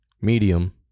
medium